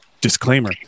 disclaimer